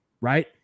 right